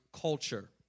culture